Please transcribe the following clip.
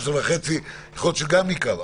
וחצי, שזה יקרה.